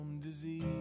disease